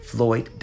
Floyd